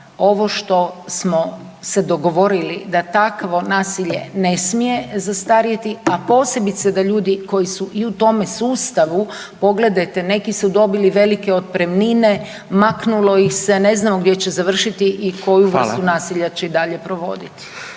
ovo što smo se dogovorili da takvo nasilje ne smije zastarjeti, a posebice da ljudi koji su i u tome sustavu, pogledajte neki su dobili velike otpremnine, maknulo ih se, ne znamo gdje će završiti …/Upadica: Hvala./… i koju vrstu nasilja će i dalje provoditi.